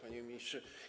Panie Ministrze!